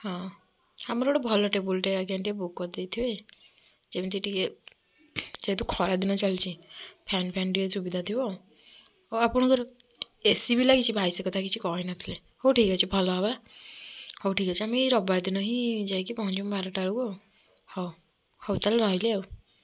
ହଁ ଆମର ଗୋଟେ ଭଲ ଟେବୁଲ୍ଟେ ଆଜ୍ଞା ଟିକେ ବୁକ୍ କରିଦେଇଥିବେ ଯେମିତି ଟିକେ ଯେହେତୁ ଖରାଦିନ ଚାଲିଛି ଫ୍ୟାନ୍ଫ୍ୟାନ୍ ଟିକେ ସୁବିଧା ଓ ଆପଣଙ୍କର ଏସି ବି ଲାଗିଛି ଭାଇ ସେ କଥା କିଛି କହିନଥିଲେ ହଉ ଠିକ୍ ଅଛି ଭଲ ହେବ ହଉ ଠିକ୍ ଅଛି ଆମେ ଏଇ ରବିବାର ଦିନ ହିଁ ଯାଇକି ପହଞ୍ଚିମୁ ବାରଟା ବେଳକୁ ଆଉ ହଉ ହଉ ତାହାଲେ ରହିଲି ଆଉ